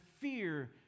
fear